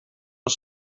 een